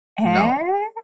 no